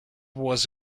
was